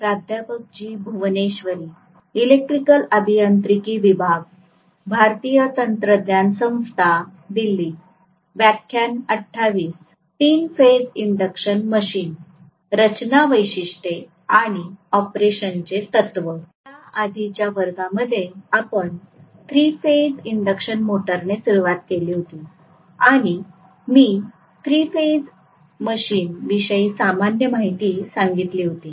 या आधीच्या वर्गामध्ये आपण थ्री फेज इंडक्शन मोटर ने सुरुवात केली होती आणि मी थ्री फेज मशीन विषयी सामान्य माहिती सांगितली होती